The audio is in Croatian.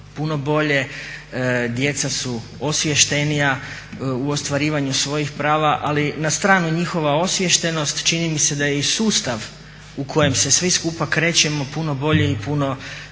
djeca su osvještenija u ostvarivanju svojih prava. Ali na stranu njihova osviještenost čini mi se da je i sustav u kojem se svi skupa krećemo puno bolji i puno